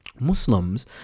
Muslims